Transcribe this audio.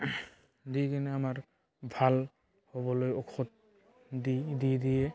দি কিনে আমাৰ ভাল হ'বলৈ ঔষধ দি দিয়ে